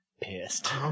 pissed